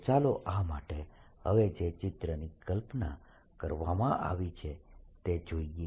તો ચાલો આ માટે હવે જે ચિત્રની કલ્પના કરવામાં આવી છે તે જોઈએ